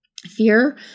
Fear